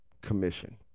commission